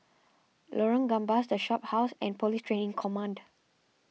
Lorong Gambas the Shophouse and Police Training Command